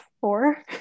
four